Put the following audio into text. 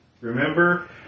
Remember